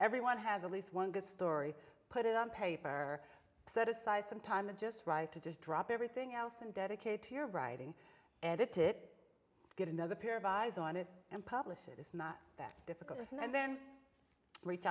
everyone has at least one good story put it on paper or set aside some time and just try to just drop everything else and dedicate to your writing edited it get another pair of eyes on it and publish it it's not that difficult and then reach